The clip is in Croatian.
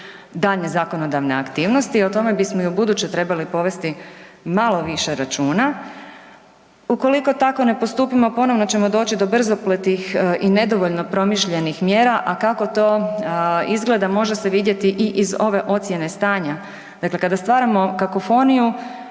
daljnje zakonodavne aktivnosti. O tome bismo i ubuduće trebali povesti malo više računa. Ukoliko tako ne postupimo ponovno ćemo doći do brzopletih i nedovoljno promišljenih mjera, a kako to izgleda može se vidjeti i iz ove ocijene stanja. Dakle, kada stvaramo kakofoniju